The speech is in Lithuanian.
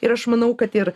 ir aš manau kad ir